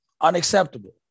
unacceptable